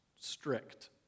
strict